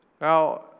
Now